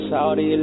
Saudi